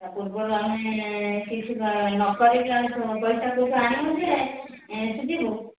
ତା ପୂର୍ବରୁ ଆମେ କିଛି ନକରିକି ଆମେ ପଇସା ମୁଁ କୋଉଠି ଆଣିବି ଯେ ସୁଝିବୁ